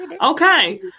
Okay